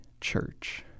church